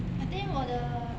I think 我的